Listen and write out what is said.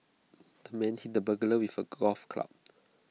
the man hit the burglar with A golf club